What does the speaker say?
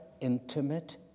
intimate